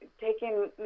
taking